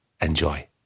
Enjoy